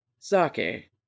sake